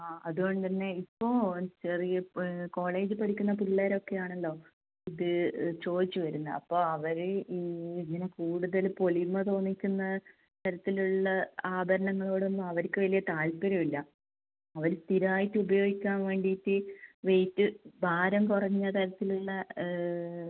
ആ അതുകൊണ്ട് തന്നെ ഇപ്പോൾ ചെറിയ കോളേജ് പഠിക്കുന്ന പിള്ളേരൊക്കെ ആണല്ലോ ഇത് ചോദിച്ച് വരുന്നത് അപ്പോൾ അവർ ഈ ഇങ്ങനെ കൂടുതൽ പൊലിമ തോന്നിക്കുന്ന തരത്തിലുള്ള ആഭരണങ്ങളോടൊന്നും അവർക്ക് വലിയ താൽപര്യമില്ല അവർ സ്ഥിരമായിട്ട് ഉപയോഗിക്കാൻ വേണ്ടിയിട്ട് വെയ്റ്റ് ഭാരം കുറഞ്ഞ തരത്തിലുള്ള